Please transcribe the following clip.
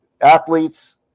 athletes